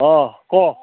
অঁ কওক